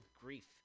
grief